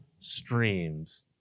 streams